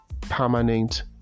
permanent